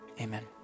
amen